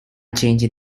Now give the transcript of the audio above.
changing